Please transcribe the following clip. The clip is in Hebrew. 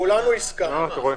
כולנו הסכמנו.